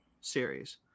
series